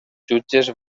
jutges